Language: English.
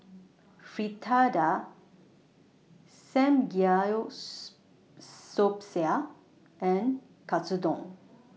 Fritada and Katsudon